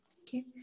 okay